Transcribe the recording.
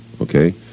okay